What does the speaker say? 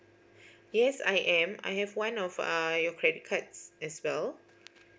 yes I am I have one of uh your credit cards as well